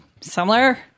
similar